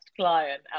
client